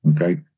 Okay